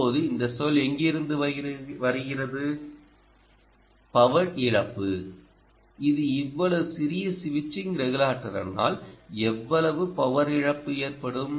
இப்போது இந்த சொல் எங்கிருந்து வருகிறது பவர் இழப்பு இது இவ்வளவு சிறிய ஸ்விட்சிங் ரெகுலேட்டரானால் எவ்வளவு பவர் இழப்பு ஏற்படும்